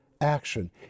action